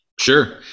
sure